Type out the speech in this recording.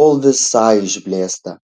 kol visai išblėsta